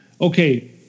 Okay